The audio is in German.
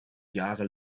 jahre